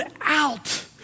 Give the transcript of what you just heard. out